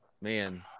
man